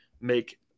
make